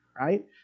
right